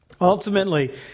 Ultimately